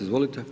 Izvolite.